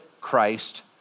Christ